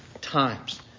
times